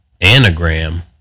anagram